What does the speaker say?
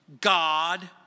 God